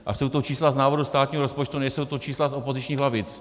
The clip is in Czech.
A jsou to čísla z návrhu státního rozpočtu, nejsou to čísla z opozičních lavic.